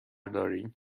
داریم